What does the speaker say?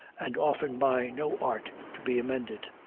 and often by no art to be amended.